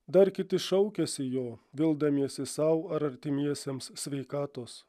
dar kiti šaukėsi jo vildamiesi sau ar artimiesiems sveikatos